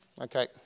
Okay